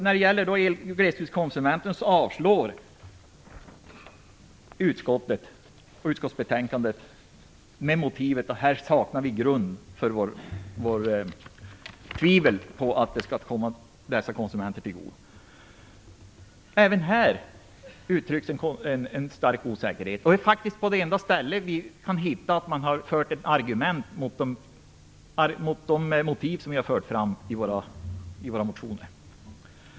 När det gäller glesbygdskonsumenterna avstyrker utskottet med motiveringen att grund saknas för vårt tvivel att det här skall komma nämnda konsumenter till godo. Även här uttrycks ju en stor osäkerhet. Det är faktiskt det enda ställe som vi har hittat där man argumenterat mot de motiv som vi motionärer fört fram.